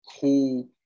cool